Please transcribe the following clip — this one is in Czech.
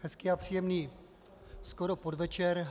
Hezký a příjemný skoro podvečer.